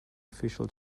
official